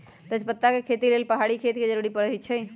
तजपत्ता के खेती लेल पहाड़ी खेत के जरूरी होइ छै